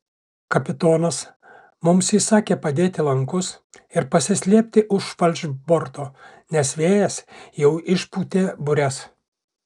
kapitonas mums įsakė padėti lankus ir pasislėpti už falšborto nes vėjas jau išpūtė bures